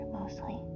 mostly